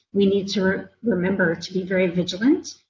we need to remember to be very vigilant,